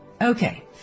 Okay